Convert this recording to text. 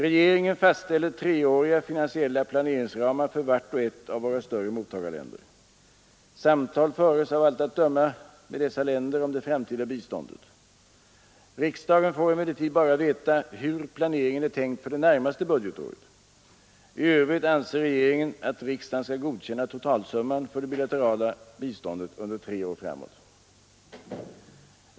Regeringen fastställer treåriga finansiella planeringsramar för vart och ett av våra större mottagarländer. Samtal föres av allt att döma med dessa länder om det framtida biståndet. Riksdagen får emellertid bara veta hur planeringen är tänkt för det närmaste budgetåret. I övrigt anser regeringen att riksdagen skall godkänna totalsumman för det bilaterala biståndet under tre år framåt.